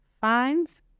fines